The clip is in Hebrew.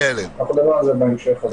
אבל נדבר על זה בהמשך.